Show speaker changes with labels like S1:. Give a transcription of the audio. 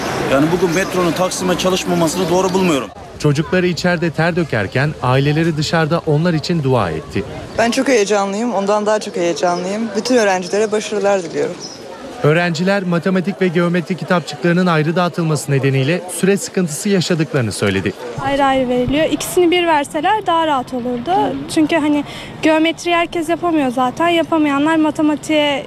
S1: Yani bugün metronun Taksim'e çalışmamasını doğru bulmuyorum.
S2: Çocukları içeride ter dökerken aileleri dışarıda onlar için dua etti.
S3: Ben çok heyecanlıyım. Ondan daha çok heyecanlıyım. Bütün öğrencilere başarılar diliyorum.
S2: Öğrenciler matematik ve geometri kitapçıklarının ayrı dağıtılması nedeniyle süre sıkıntısı yaşadıklarını söyledi.
S4: Ayrı ayrı veriliyor. İkisini bir verseler daha rahat olurdu.
S3: Evet.
S4: Çünkü hani geometriyi herkes yapamıyor zaten. Yapamayanlar matematiğe